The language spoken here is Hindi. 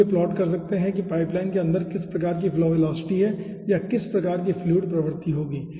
हम यह प्लाट कर सकते हैं कि पाइपलाइन के अंदर किस प्रकार की फ्लो वेलोसिटी है या किस प्रकार की फ्लूइड प्रवृति होगी